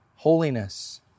holiness